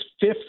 fifth